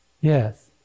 Yes